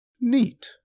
neat